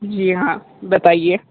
जी हाँ बताइए